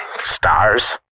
Stars